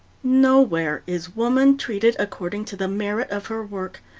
nowhere is woman treated according to the merit of her work,